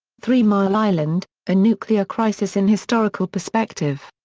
three mile island a nuclear crisis in historical perspective.